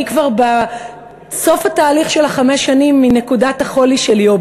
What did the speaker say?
אני כבר בסוף התהליך של חמש השנים מנקודת החולי שלי,